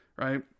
Right